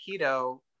keto